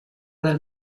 del